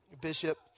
Bishop